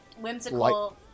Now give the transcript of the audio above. Whimsical